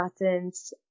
buttons